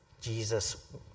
Jesus